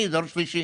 אני דור שלישי